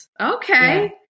Okay